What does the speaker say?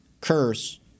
Curse